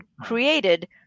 created